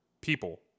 people